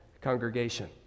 congregation